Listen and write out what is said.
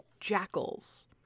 jackals